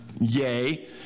yay